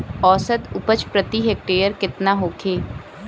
औसत उपज प्रति हेक्टेयर केतना होखे?